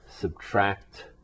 subtract